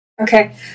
Okay